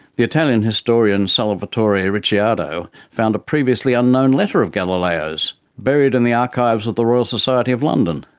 the italian historian salvatore ricciardo found a previously unknown letter of galileo's, buried in the archives of the royal society of london.